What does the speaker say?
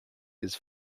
his